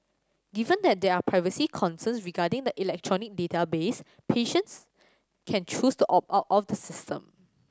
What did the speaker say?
given that there are privacy concerns regarding the electronic database patients can choose to opt out of the system